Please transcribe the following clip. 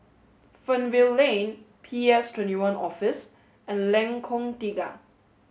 Fernvale Lane P S twenty one Office and Lengkong Tiga